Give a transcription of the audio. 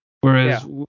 Whereas